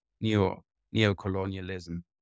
neo-colonialism